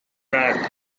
track